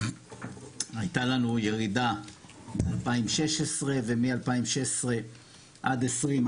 הייתה לנו ירידה ב-2016 ומ-2016 עד 2020,